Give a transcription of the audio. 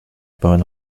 pełen